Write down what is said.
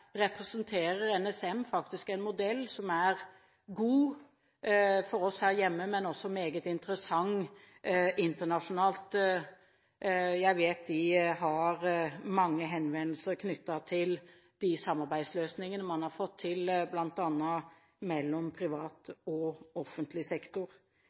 representerer NSM faktisk en modell som er god for oss her hjemme, men som også er meget interessant internasjonalt. Jeg vet at de har mange henvendelser knyttet til de samarbeidsløsningene man har fått til, bl.a. mellom privat og offentlig sektor.